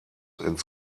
ins